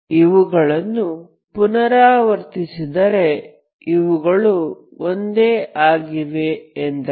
ಇವುಗಳನ್ನು ಪುನರಾವರ್ತಿಸಿದರೆ ಇವುಗಳು ಒಂದೇ ಆಗಿವೆ ಎಂದರ್ಥ